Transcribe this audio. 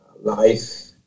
life